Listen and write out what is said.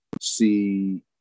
see